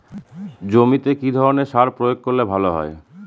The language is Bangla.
জমিতে কি ধরনের সার প্রয়োগ করলে ভালো হয়?